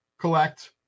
collect